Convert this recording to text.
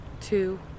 two